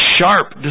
sharp